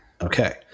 Okay